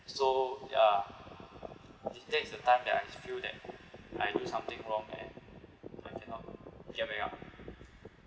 so ya th~ that is the time that I feel that I do something wrong and I cannot get back up